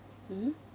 mmhmm